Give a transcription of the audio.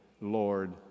Lord